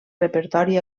repertori